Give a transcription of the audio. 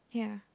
ya